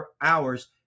hours